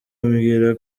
ambwira